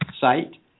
site